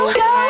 go